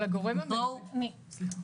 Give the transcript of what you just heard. אני חושבת